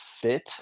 fit